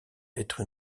être